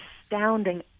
astounding